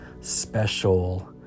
special